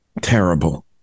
Terrible